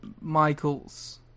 Michaels